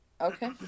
okay